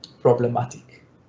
problematic